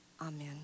Amen